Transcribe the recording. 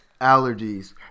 Allergies